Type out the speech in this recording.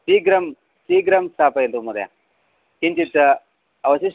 शीग्रं शीग्रं स्थापयतु महोदय किञ्चित् अवशिष्यते